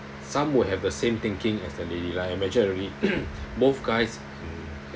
some will have the same thinking as the lady like imagine a lady both guys